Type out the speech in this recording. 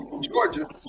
Georgia